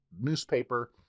newspaper